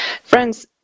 Friends